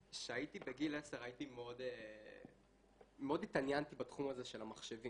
כשהייתי בגיל 10 מאוד התעניינתי בתחום הזה של המחשבים,